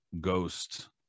ghost